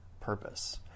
purpose